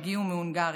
שהגיעו מהונגריה.